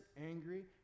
angry